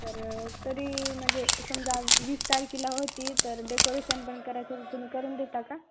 तर तरी म्हणजे समजा वीस तारखेला होती तर डेकोरेशन पण करायचं तुम्ही करून देता का